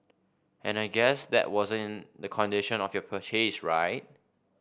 and I guess that wasn't the condition of your purchase right